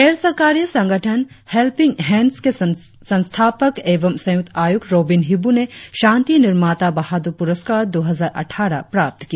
गैर सरकारी संगठन हेल्पिंग हैंड्स के संस्थापक एव संयुक्त आयुक्त रोबिन हिबू ने शांति निर्माता बहादुर प्रस्कार दो हजार अट़ठारह प्राप्त किया